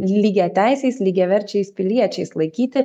lygiateisiais lygiaverčiais piliečiais laikyti